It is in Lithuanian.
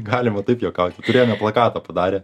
galima taip juokauti turėjome plakatą padarę